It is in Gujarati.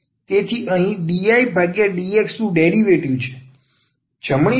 તેથી આ અહીં dIdx નું ડેરિવેટિવ છે